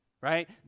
right